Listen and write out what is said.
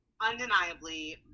undeniably